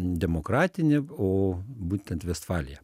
demokratinė o būtent vestfalija